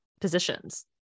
positions